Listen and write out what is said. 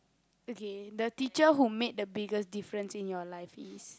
okay the teacher who made the biggest difference in your life is